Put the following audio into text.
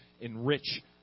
enrich